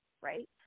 right